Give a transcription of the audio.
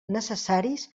necessaris